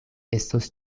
estos